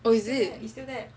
oh is it